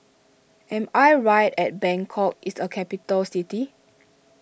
am I right at Bangkok is a capital city